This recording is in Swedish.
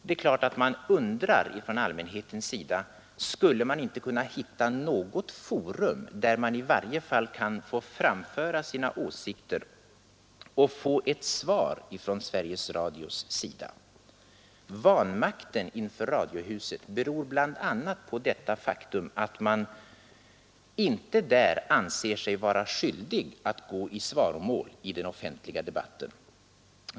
Det är klart att man undrar från allmänhetens sida om det inte skulle gå att hitta något forum där man i varje fall kan få framföra sina åsikter och få ett svar från Sveriges Radio. Vanmakten inför radiohuset beror bl.a. på att man inte där anser sig vara skyldig att gå i svaromål i den offentliga debatten.